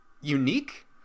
unique